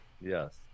Yes